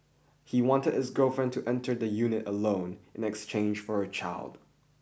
he wanted his girlfriend to enter the unit alone in exchange for her child